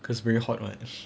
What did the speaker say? because very hot what